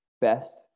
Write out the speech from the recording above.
best